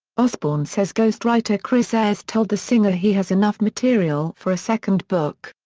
osbourne says ghost writer chris ayres told the singer he has enough material for a second book.